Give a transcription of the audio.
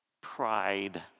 pride